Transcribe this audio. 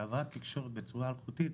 הבאת תקשורת בצורה אלחוטית,